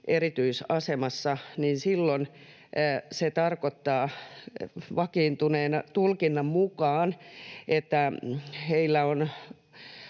erityisasemassa, niin silloin se tarkoittaa vakiintuneen tulkinnan mukaan, että hänellä on